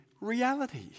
reality